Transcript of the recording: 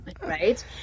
right